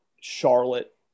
Charlotte